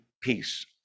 peace